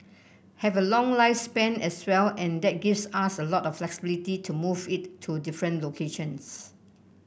have a long lifespan as well and that gives us a lot of flexibility to move it to different locations